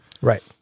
Right